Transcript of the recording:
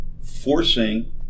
forcing